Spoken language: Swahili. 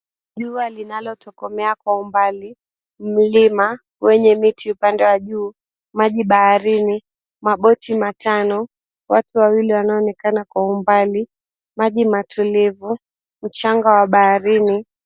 Jua linalotokomea kwa umbali, mlima wenye miti upande wa juu, maji baharini, maboti matano. Watu wawili wanaonekana kwa umbali, maji matulivu, mchanga wa baharini.